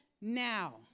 now